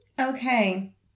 Okay